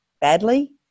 badly